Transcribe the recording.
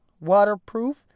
waterproof